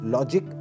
Logic